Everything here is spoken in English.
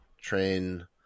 train